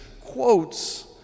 quotes